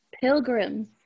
pilgrims